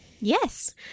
Yes